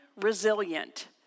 Resilient